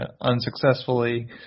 unsuccessfully